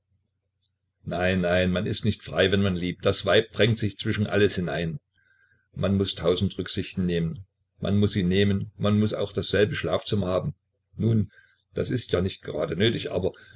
nein nein man ist nicht frei wenn man liebt das weib drängt sich zwischen alles hinein man muß tausend rücksichten nehmen man muß sie nehmen man muß auch dasselbe schlafzimmer haben nun das ist ja nicht gerade nötig aber